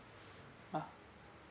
ah